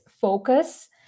focus